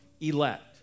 elect